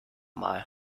mal